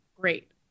great